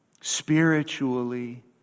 spiritually